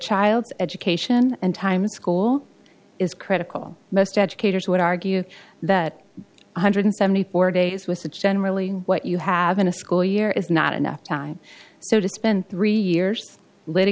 child's education and time school is critical most educators would argue that one hundred seventy four days was generally what you have in a school year is not enough time so to spend three years later